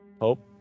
Hope